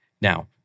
Now